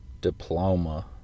Diploma